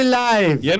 life